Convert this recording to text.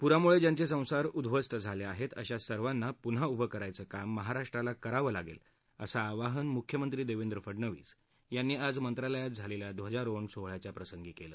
पुरामुळे ज्यांचे संसार उध्वस्त झाले आहेत अशा सर्वाना पुन्हा उभं करायचं काम महाराष्ट्राला करावं लागेल असं आवाहन मुख्यमंत्री देवेंद्र फडनवीस यांनी मंत्रालयात झालेल्या ध्वजारोहण सोहळ्याच्या प्रसंगी केलं